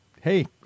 hey